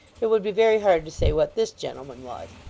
it would be very hard to say what this gentleman was.